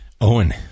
Owen